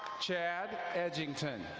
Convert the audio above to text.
chad eddington.